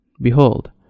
Behold